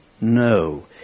No